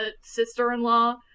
sister-in-law